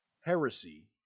heresy